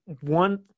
one